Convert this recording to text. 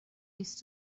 used